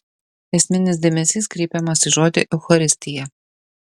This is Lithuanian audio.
esminis dėmesys kreipiamas į žodį eucharistija